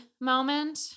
moment